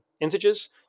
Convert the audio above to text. integers